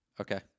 Okay